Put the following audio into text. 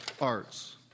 arts